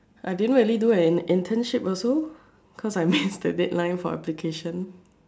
I didn't really do an internship also because I missed the deadline for application